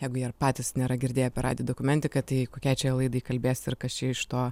jeigu jie ir patys nėra girdėję apie radijo dokumentiką tai kokiai čia jie laidai kalbės ir kas čia iš to